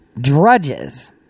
drudges